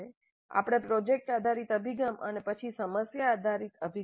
આપણે પ્રોજેક્ટ આધારિત અભિગમ અને પછી સમસ્યા આધારિત અભિગમ જોયા